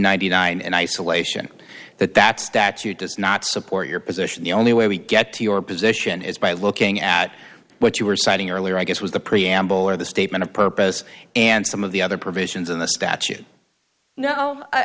ninety nine dollars and isolation that that statute does not support your position the only way we get to your position is by looking at what you were citing earlier i guess was the preamble or the statement of purpose and some of the other provisions in the statute no